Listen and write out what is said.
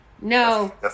No